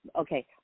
okay